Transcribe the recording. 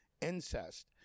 incest